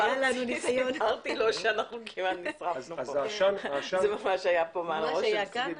זה היה ממש מעל הראש שלי.